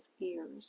ears